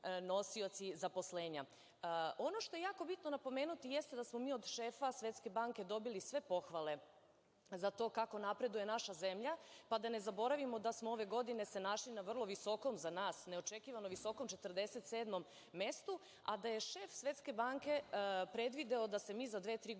nosioci zaposlenja. Ono što je jako bitno napomenuti, jeste da smo mi od šefa Svetske banke dobili sve pohvale za to kako napreduje naša zemlja, pa da ne zaboravimo da smo se ove godine našli na vrlo visokom, za nas neočekivanom, 47 mestu, a da je šef Svetske banke predvideo da se mi za dve, tri godine